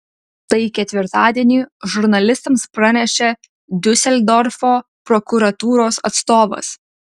tai ketvirtadienį žurnalistams pranešė diuseldorfo prokuratūros atstovas